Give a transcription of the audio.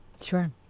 Sure